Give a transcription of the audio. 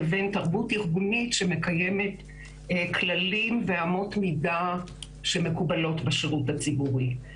לבין תרבות ארגונית שמקיימת כללים ואמות מידה שמקובלות בשירות הציבורי.